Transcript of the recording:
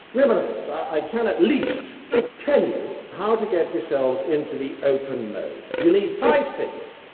nevertheless i can at least tell you how to get yourselves into the open mode. you need five things.